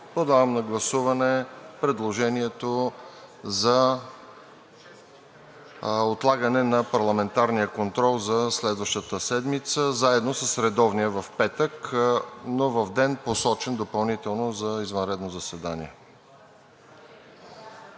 Подлагам на гласуване предложението за отлагане на парламентарния контрол за следващата седмица заедно с редовния в петък, но в ден, посочен допълнително за извънредно заседание.